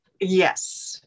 yes